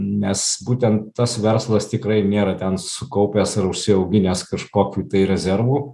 nes būtent tas verslas tikrai nėra ten sukaupęs ar užsiauginęs kažkokių tai rezervų